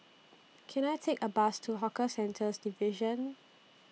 Can I Take A Bus to Hawker Centres Division